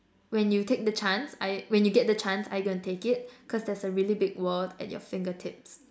when you take the chance are you when you get the chance are you gonna take it cause there's a really big world at your fingertips